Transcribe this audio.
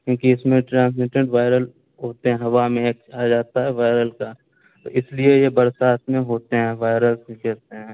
کیونکہ اس میں ٹرانسمیٹڈ وائرل اڑتے ہیں ہوا میں یہ کہا جاتا ہے وائرل کا تو اس لیے یہ برسات میں ہوتے ہیں وائرس بھی کہتے ہیں